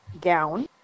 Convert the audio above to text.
gown